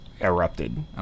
erupted